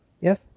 Yes